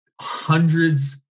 hundreds